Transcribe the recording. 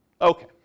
Okay